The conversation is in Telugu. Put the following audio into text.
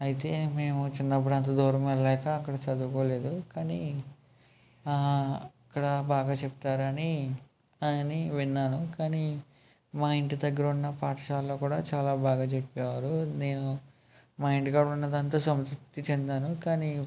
అయితే మేము చిన్నప్పుడు అంత దూరం వెళ్ళలేక అక్కడ చదువుకోలేదు కానీ అక్కడ బాగా చెప్తారని అని విన్నాను కానీ మా ఇంటి దగ్గర ఉన్న పాఠశాలలో కూడా చాలా బాగా చెప్పేవారు నేను మా ఇంటికాడ ఉన్న దాంతో సంతృప్తి చెందాను కానీ